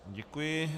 Děkuji.